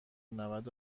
نود